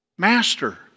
master